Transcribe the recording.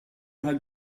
hugged